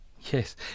yes